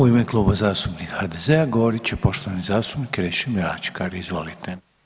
U ime Kluba zastupnika HDZ-a govorit će poštovani zastupnik Krešimir Ačkar, izvolite.